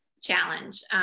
challenge